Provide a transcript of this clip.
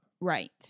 Right